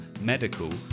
medical